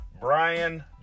Brian